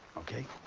ok.